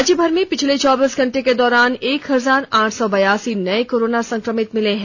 राज्य भर में पिछले चौबीस घंटे के दौरान एक हजार आठ सौ बयासी नए कोरोना संक्रमित मिले हैं